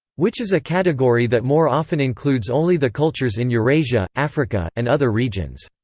which is a category that more often includes only the cultures in eurasia, africa, and other regions.